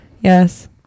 yes